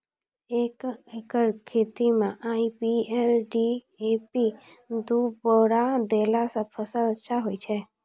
एक एकरऽ खेती मे आई.पी.एल डी.ए.पी दु बोरा देला से फ़सल अच्छा होय छै?